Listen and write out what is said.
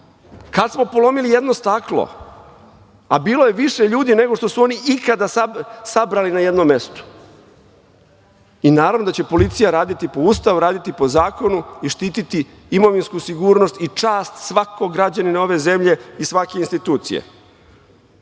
Kad smo polomili jedno staklo? Bilo je više ljudi nego što su oni ikada sabrali na jednom mestu. I naravno da će policija raditi po Ustavu, raditi po zakonu i štititi imovinsku sigurnost i čast svakog građanina ove zemlje i svake institucije. Znate